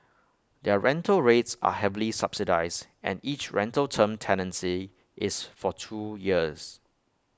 their rental rates are heavily subsidised and each rental term tenancy is for two years